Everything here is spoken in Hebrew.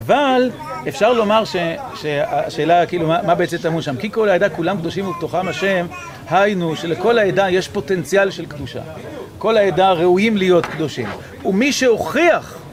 אבל אפשר לומר שהשאלה כאילו מה בעצם טמון שם כי כל העדה כולם קדושים ובתוכם השם היינו שלכל העדה יש פוטנציאל של קדושה כל העדה ראויים להיות קדושים ומי שהוכיח